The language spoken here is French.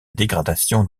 dégradation